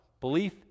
belief